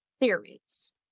theories